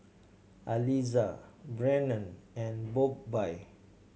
Aliza Brannon and Bobbye